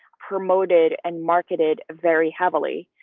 promoted and marketed very heavily.